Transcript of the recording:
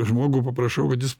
žmogų paprašau kad jis